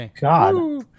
God